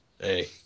Hey